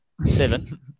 seven